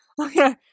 Okay